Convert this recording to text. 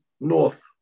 north